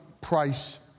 price